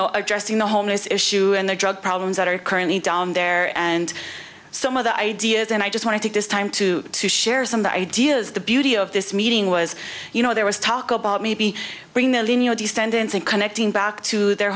know addressing the homeless issue and the drug problems that are currently down there and some of the ideas and i just want to take this time to to share some ideas the beauty of this meeting was you know there was talk about maybe bring the in your descendants and connecting back to their